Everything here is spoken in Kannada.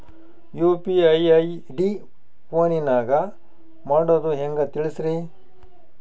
ಯು.ಪಿ.ಐ ಐ.ಡಿ ಫೋನಿನಾಗ ಮಾಡೋದು ಹೆಂಗ ತಿಳಿಸ್ರಿ?